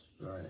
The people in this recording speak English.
Right